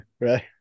right